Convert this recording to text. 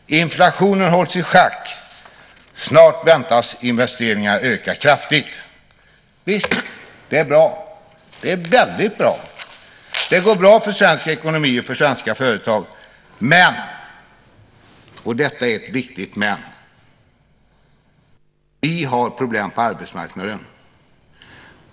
Inflationen hålls i schack. Snart väntas investeringarna öka kraftigt." Visst, det är bra. Det är väldigt bra. Det går bra för svensk ekonomi och för svenska företag. Men, och detta är ett viktigt men, vi har problem på arbetsmarknaden.